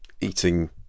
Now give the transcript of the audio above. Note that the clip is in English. eating